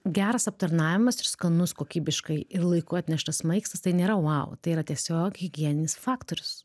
geras aptarnavimas ir skanus kokybiškai ir laiku atneštas maistas tai nėra vau tai yra tiesiog higieninis faktorius